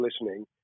listening